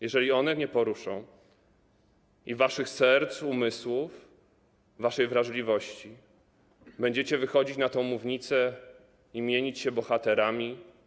Jeżeli one nie poruszą waszych serc, umysłów, waszej wrażliwości i będziecie wychodzić na tę mównicę i mienić się bohaterami.